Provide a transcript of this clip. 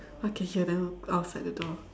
I can hear them outside the door